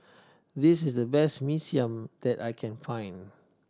this is the best Mee Siam that I can find